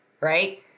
right